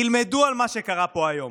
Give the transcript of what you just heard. ילמדו על מה שקרה פה היום.